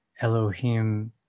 Elohim